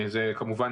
כמובן,